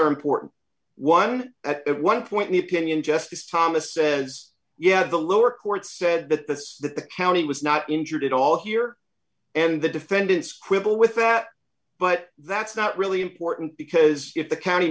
are important one at one point the opinion justice thomas says yeah the lower court said that this that the county was not injured at all here and the defendants quibble with that but that's not really important because if the county